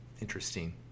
Interesting